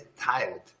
tired